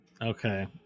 Okay